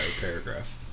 paragraph